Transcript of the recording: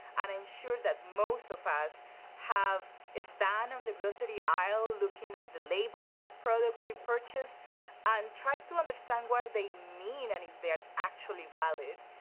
and i'm and sure that most of us have ah stand on the grocery aisle looking at the labels of products we purchase and tried to understand what they mean and if they are actually valid.